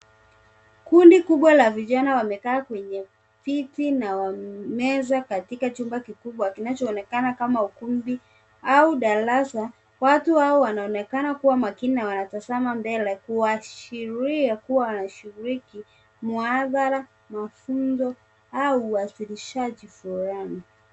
Kundi kubwa la vijana wamekaa kwenye viti na meza katika chumba kikubwa kinachoonekana kama ukumbi au darasa. Watu hao wanaonekana kuwa makini na wanatazama mbele kuashiria kuwa wanashiriki mhadhara, mafunzo au uwakilishaji fulani.